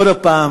עוד הפעם,